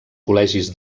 col·legis